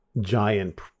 giant